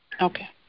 Okay